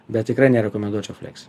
bet tikrai nerekomenduočiau fleks